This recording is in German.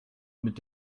mit